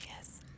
Yes